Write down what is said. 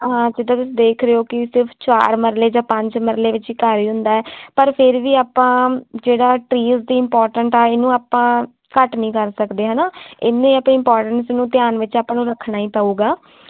ਹਾਂ ਜਿੱਦਾਂ ਤੁਸੀਂ ਦੇਖ ਰਹੇ ਹੋ ਕਿ ਸਿਰਫ ਚਾਰ ਮਰਲੇ ਜਾਂ ਪੰਜ ਮਰਲੇ ਵਿੱਚ ਘਰ ਹੀ ਹੁੰਦਾ ਪਰ ਫਿਰ ਵੀ ਆਪਾਂ ਜਿਹੜਾ ਟਰੀਜ ਦੀ ਇਮਪੋਰਟੈਂਟ ਆ ਇਹਨੂੰ ਆਪਾਂ ਘੱਟ ਨਹੀਂ ਕਰ ਸਕਦੇ ਹੈ ਨਾ ਇੰਨੇ ਇੰਪੋਰਟੈਂਟ ਨੂੰ ਧਿਆਨ ਵਿੱਚ ਆਪਾਂ ਨੂੰ ਰੱਖਣਾ ਹੀ ਪਾਊਗਾ